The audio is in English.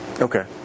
Okay